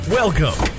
welcome